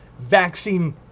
vaccine